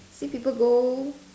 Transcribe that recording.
see people go